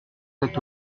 sept